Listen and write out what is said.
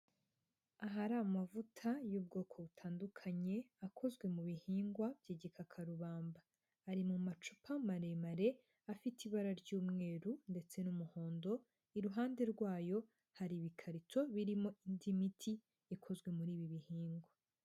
Ahari amavuta y'ubwoko butandukanye akozwe mu bihingwa by'igikakarubamba, ari mu macupa maremare afite ibara ry'umweru ndetse n'umuhondo, iruhande rwayo hari ibikarito birimo indi miti ikozwe muri ibi bihingwa.